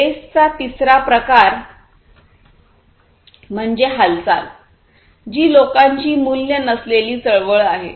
वेस्टचा तिसरा प्रकार म्हणजे हालचाल जी लोकांची मूल्य नसलेली चळवळ आहे